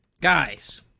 guys